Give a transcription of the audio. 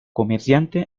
comerciante